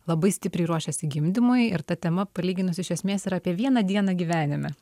labai stipriai ruošiasi gimdymui ir ta tema palyginus iš esmės yra apie vieną dieną gyvenime